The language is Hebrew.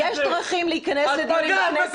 לא, אני מצטערת, יש דרכים להיכנס לדיונים בכנסת.